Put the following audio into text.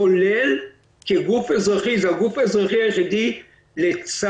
כולל כגוף אזרחי לצה"ל,